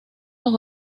los